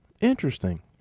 Interesting